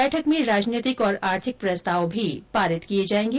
बैठक में राजनैतिक और आर्थिक प्रस्ताव भी पारित किए जाएगें